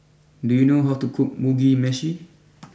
do you know how to cook Mugi Meshi